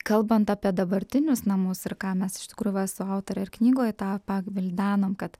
kalbant apie dabartinius namus ir ką mes iš tikrųjų va su autore ir knygoj tą pagvildenom kad